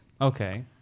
Okay